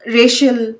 racial